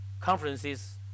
conferences